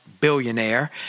billionaire